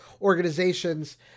organizations